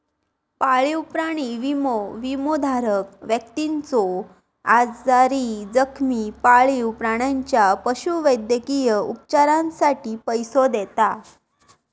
पाळीव प्राणी विमो, विमोधारक व्यक्तीच्यो आजारी, जखमी पाळीव प्राण्याच्या पशुवैद्यकीय उपचारांसाठी पैसो देता